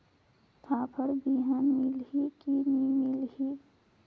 फाफण बिहान मिलही की नी मिलही?